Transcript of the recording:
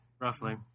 roughly